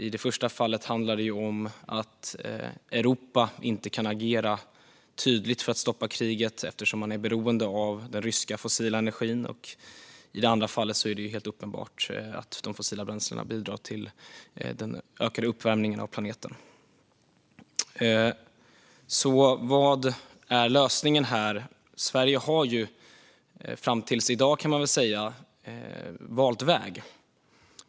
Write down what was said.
I det första fallet handlar det om att Europa inte kan agera tydligt för att stoppa kriget eftersom man är beroende av den ryska fossila energin, och i det andra fallet är det helt uppenbart att de fossila bränslena bidrar till den ökade uppvärmningen av planeten. Så vad är lösningen? Sverige har fram till i dag, kan man väl säga, valt väg.